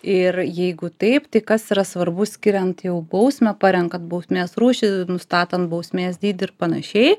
ir jeigu taip tai kas yra svarbu skiriant jau bausmę parenkant bausmės rūšį nustatant bausmės dydį ir panašiai